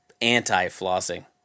anti-flossing